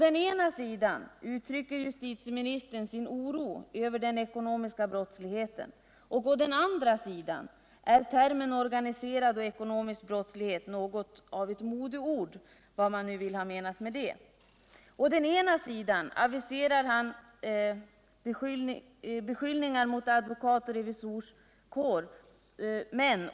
Å ena sidan uttrycker justitieministern sin oro över den ekonomiska brottsligheten. Å andra sidan är termen ”organiserad och ekonomisk brottslighet” något av ett modeord — vad man nu vill mena med det. Å ena sidan avvisar han beskyllningar mot advokatoch revisorskår.